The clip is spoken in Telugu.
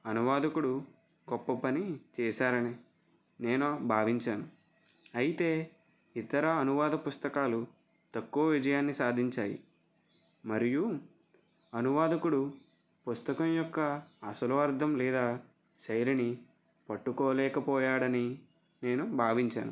అనువాదకుడు గొప్ప పని చేశారని నేను భావించాను అయితే ఇతర అనువాద పుస్తకాలు తక్కువ విజయాన్ని సాధించాయి మరియు అనువాదకుడు పుస్తకం యొక్క అసలు అర్థం లేదా శైలిని పట్టుకోలేకపోయాడని నేను భావించాను